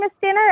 dinner